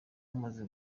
bamaze